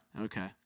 Okay